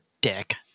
dick